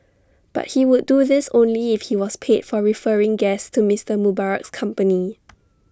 but he would do this only if he was paid for referring guests to Mister Mubarak's company